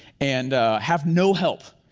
and have no help.